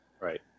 Right